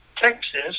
Texas